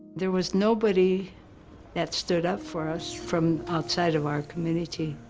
there was nobody that stood up for us from outside of our community.